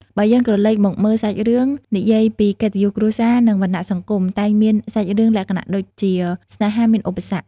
បើយើងក្រលេកមកមើល សាច់រឿង និយាយពីកិត្តិយសគ្រួសារ និងវណ្ណៈសង្គម តែងមានសាច់រឿងលក្ខណៈដូចជា ស្នេហាមានឧបសគ្គ។